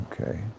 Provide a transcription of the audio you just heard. Okay